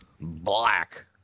Black